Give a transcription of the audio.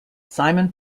simon